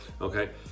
okay